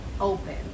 open